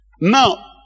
Now